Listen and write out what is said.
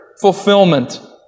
fulfillment